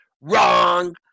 Wrong